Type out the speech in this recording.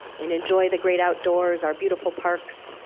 and enjoy the great outdoors, our beautiful parks,